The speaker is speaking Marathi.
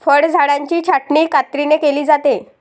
फळझाडांची छाटणी कात्रीने केली जाते